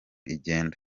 igenda